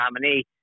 nominee